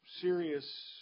serious